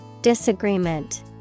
Disagreement